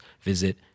visit